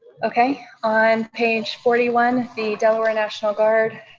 okay, on page forty one, the delaware national guard,